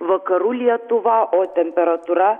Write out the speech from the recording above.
vakarų lietuva o temperatūra